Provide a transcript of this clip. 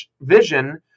Vision